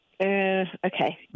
okay